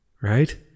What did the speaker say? right